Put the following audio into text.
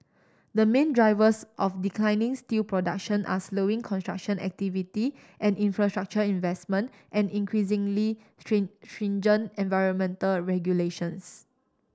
the main drivers of declining steel production are slowing construction activity and infrastructure investment and increasingly stringent environmental regulations